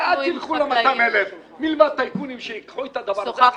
המעט שילכו ל-200,000 מלבד טייקונים שייקחו את הדבר הזה,